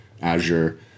Azure